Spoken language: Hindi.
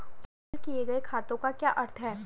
पूल किए गए खातों का क्या अर्थ है?